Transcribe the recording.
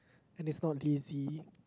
and he's not lazy